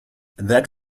that